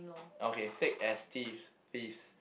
okay tick as thieves please